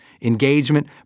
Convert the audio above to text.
engagement